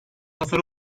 hasar